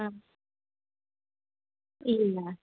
ಇಲ್ಲ